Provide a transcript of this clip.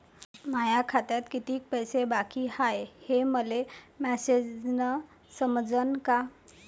माया खात्यात कितीक पैसे बाकी हाय हे मले मॅसेजन समजनं का?